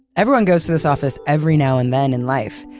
everyone goes to this office every now and then in life,